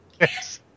Yes